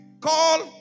Call